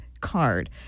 card